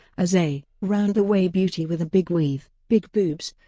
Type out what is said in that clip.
as a round-the-way beauty with a big weave, big boobs